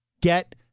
get